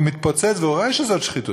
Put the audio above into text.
והוא מתפוצץ ורואה שזאת שחיתות,